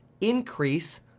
increase